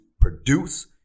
produce